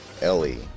Ellie